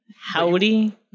Howdy